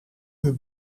uur